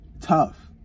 Tough